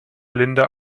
linda